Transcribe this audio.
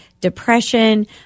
depression